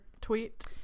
tweet